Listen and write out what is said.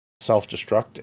self-destruct